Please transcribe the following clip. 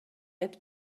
had